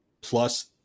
plus